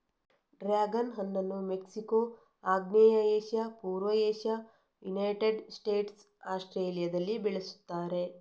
dragon ಹಣ್ಣನ್ನು Mexico, ಆಗ್ನೇಯ Asia, ಪೂರ್ವ ಏಷ್ಯಾ, ಯುನೈಟೆಡ್ ಸ್ಟೇಟ್ಸ್, ಆಸ್ಟ್ರೇಲಿಯಾದಲ್ಲಿ ಬೆಳೆಸುತ್ತಾರೆ